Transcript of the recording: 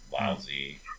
lousy